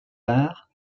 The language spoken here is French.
arts